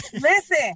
listen